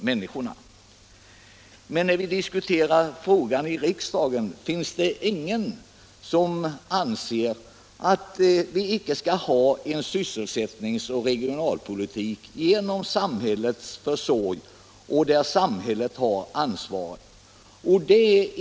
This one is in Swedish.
Men när vi diskuterar frågan i riksdagen finns det ingen som anser att vi icke skall ha en sysselsättnings och regionalpolitik genom samhällets försorg och som samhället har ansvaret för.